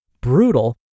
brutal